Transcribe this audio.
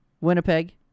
Winnipeg